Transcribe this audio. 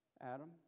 Adam